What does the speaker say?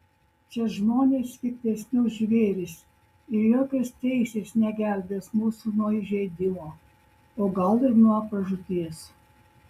čia žmonės piktesni už žvėris ir jokios teisės negelbės mūsų nuo įžeidimo o gal ir nuo pražūties